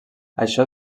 això